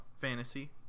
fantasy